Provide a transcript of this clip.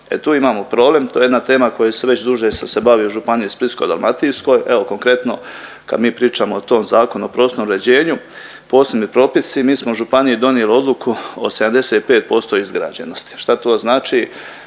E tu imamo problem, to je jedna tema koji se već duže sam se bavio u županiji Splitsko-dalmatinskoj, evo konkretno kad mi pričamo o tom Zakonu o prostornom uređenju, posebni propisi mi smo u županiji donijeli odluku o 75% izgrađenosti. Šta to znači?